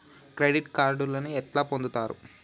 Credit కార్డులను ఎట్లా పొందుతరు?